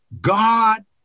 God